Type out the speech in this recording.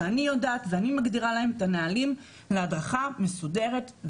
שאני יודעת ואני מגדירה להם את הנהלים והדרכה מסודרת.